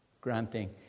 Granting